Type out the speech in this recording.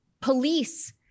police